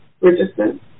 Richardson